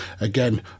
again